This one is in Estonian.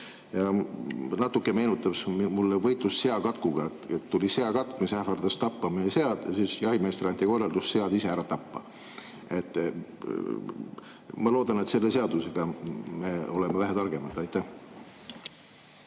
Natuke meenutab see mulle võitlust seakatkuga. Tuli seakatk, mis ähvardas tappa meie sead, ja siis jahimeestele anti korraldus sead ise ära tappa. Ma loodan, et selle seadusega me oleme vähe targemad. Aitäh,